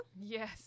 Yes